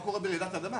מה קורה ברעידת אדמה?